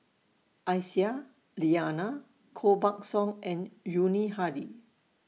Aisyah Lyana Koh Buck Song and Yuni Hadi